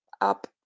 up